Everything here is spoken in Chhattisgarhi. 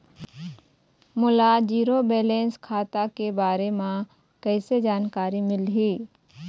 मोला जीरो बैलेंस खाता के बारे म कैसे जानकारी मिलही?